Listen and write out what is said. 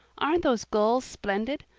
aren't those gulls splendid?